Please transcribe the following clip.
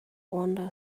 wander